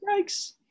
Yikes